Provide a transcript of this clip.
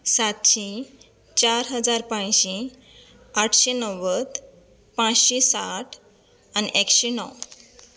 सातशीं चार हजार पांचशीं आठशें णव्वद पांचशीं साठ आनी एकशें णव